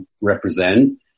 represent